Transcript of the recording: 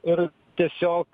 ir tiesiog